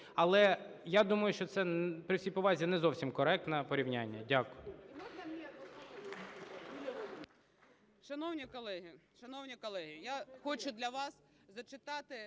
Але я думаю, що це, при всій повазі, не зовсім коректне порівняння. Дякую.